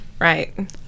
Right